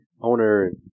owner